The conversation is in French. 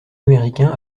américain